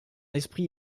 esprit